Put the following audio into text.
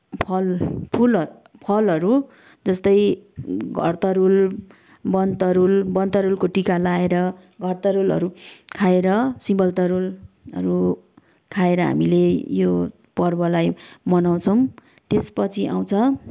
फलफुल फलहरू जस्तै घरतरुल वनतरुल वनतरुलको टिका लाएर घरतरुलहरू खाएर सिमल तरुलहरू खाएर हामीले यो पर्वलाई मनाउँछौँ त्यसपछि आउँछ